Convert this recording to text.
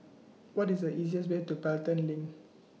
What IS The easiest Way to Pelton LINK